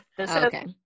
Okay